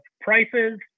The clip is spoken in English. prices